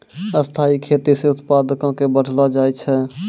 स्थाइ खेती से उत्पादो क बढ़लो जाय छै